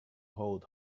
hold